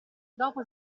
dopo